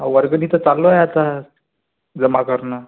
औ वर्गणी तर चाललय आता जमा करणं